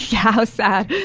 how sad.